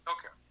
Okay